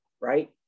right